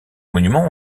monuments